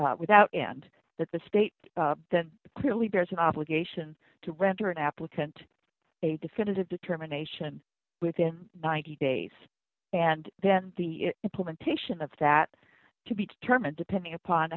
without without and that the state then clearly there's an obligation to render an applicant a definitive determination within ninety days and then the implementation of that to be determined depending upon